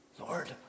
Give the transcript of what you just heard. Lord